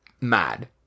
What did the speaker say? mad